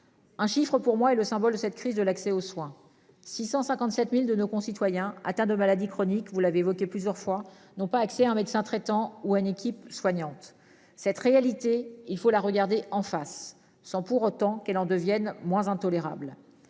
Un chiffre pour moi est le symbole de cette crise de l'accès aux soins. 657.000 de nos concitoyens atteints de maladies chroniques, vous l'avez évoqué plusieurs fois n'ont pas accès à un médecin traitant ou un équipe soignante cette réalité, il faut la regarder en face, sans pour autant qu'elles en deviennent moins intolérable.